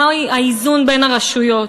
מהו האיזון בין הרשויות.